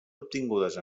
obtingudes